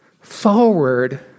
forward